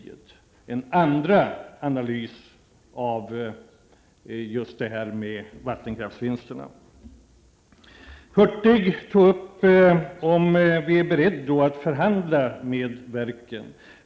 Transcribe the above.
Det är en andra analys av just frågan om vattenkraftsvinsterna. Bengt Hurtig tog upp frågan om vi är beredda att förhandla med verken.